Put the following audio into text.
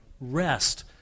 rest